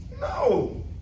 No